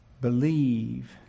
believe